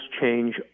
change